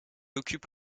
occupe